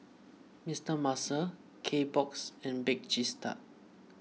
Mister Muscle Kbox and Bake Cheese Tart